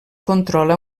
controla